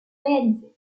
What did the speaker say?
réalisé